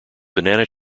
banana